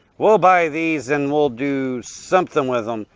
we'll buy these and we'll do something with them.